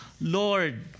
Lord